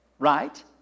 Right